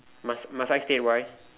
must must I state why